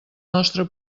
nostre